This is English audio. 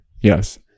Yes